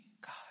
God